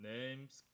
Name's